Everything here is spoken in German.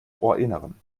ohrinneren